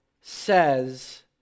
says